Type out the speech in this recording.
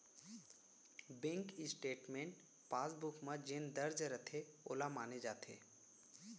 bank statement passbook म जेन दर्ज रथे वोला माने जाथे